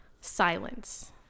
silence